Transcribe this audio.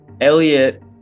Elliot